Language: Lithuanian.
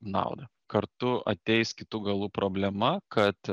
naudą kartu ateis kitu galu problema kad